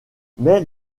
mais